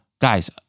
Guys